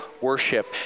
worship